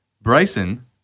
Bryson